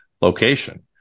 location